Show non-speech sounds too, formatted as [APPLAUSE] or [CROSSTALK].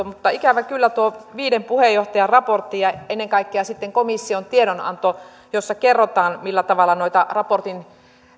[UNINTELLIGIBLE] mutta ikävä kyllä tuossa viiden puheenjohtajan raportissa ja ennen kaikkea sitten komission tiedonannossa jossa kerrotaan millä tavalla noita raportin